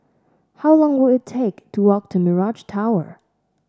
how long will it take to walk to Mirage Tower